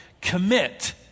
commit